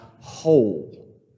whole